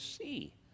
see